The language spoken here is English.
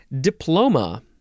Diploma